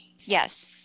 Yes